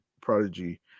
prodigy